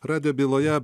radijo byloje